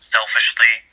Selfishly